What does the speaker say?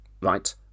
right